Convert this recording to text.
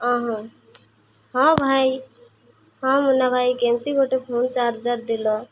ଅ ହଁ ହଁ ଭାଇ ହଁ ମୁନା ଭାଇ କେମିତି ଗୋଟେ ଫୋନ୍ ଚାର୍ଜର ଦେଲ